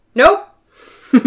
nope